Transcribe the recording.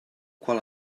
qual